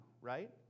right